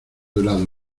helado